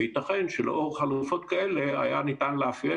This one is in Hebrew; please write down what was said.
וייתכן שלאור חלופות כאלה היה ניתן לאפיין